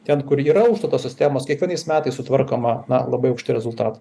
ten kur yra užstato sistemos kiekvienais metais sutvarkoma na labai aukšti rezultatai